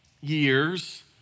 years